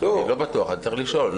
אני לא בטוח, צריך לשאול.